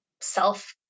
self